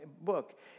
book